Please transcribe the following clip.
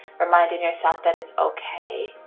reminding yourself that it's okay,